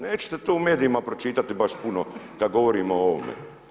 Nećete to u medijima pročitati baš puno da govorimo o ovome.